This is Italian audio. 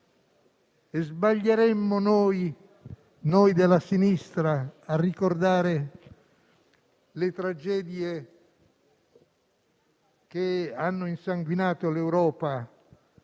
e sbaglieremmo noi della sinistra a ricordare le tragedie che hanno insanguinato l'Europa